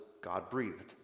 God-breathed